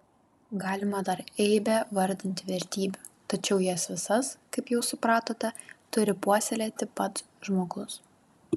galima dar eibę vardinti vertybių tačiau jas visas kaip jau supratote turi puoselėti pats žmogus